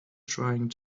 trying